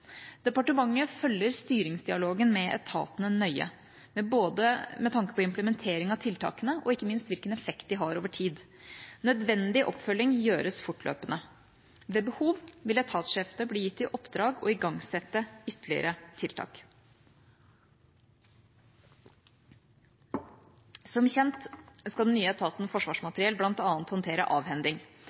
Departementet følger styringsdialogen med etatene nøye med tanke på implementering av tiltakene og ikke minst hvilken effekt de har over tid. Nødvendig oppfølging gjøres fortløpende. Ved behov vil etatssjefene bli gitt i oppdrag å igangsette ytterligere tiltak. Som kjent skal den nye etaten Forsvarsmateriell bl.a. håndtere avhending.